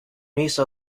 niece